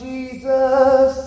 Jesus